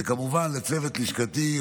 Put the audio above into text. כמובן לצוות לשכתי,